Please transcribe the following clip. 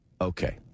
Okay